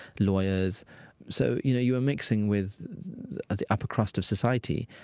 lawyers so you know you were mixing with the upper crust of society,